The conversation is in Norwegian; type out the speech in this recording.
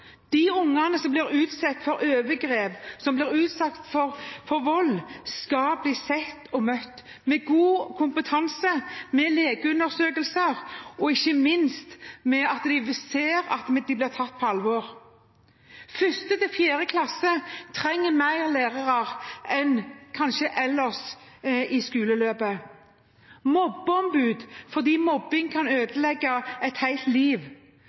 De ungene som blir utsatt for overgrep og vold, skal bli sett og møtt med god kompetanse og legeundersøkelser, og ikke minst skal de oppleve at de blir tatt på alvor. 1.–4. klasse trenger flere lærere enn man kanskje trenger ellers i skoleløpet. Mobbeombud: Mobbing kan ødelegge et helt liv.